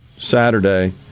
Saturday